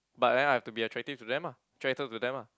but then I've to be attractive to them ah attracted to them ah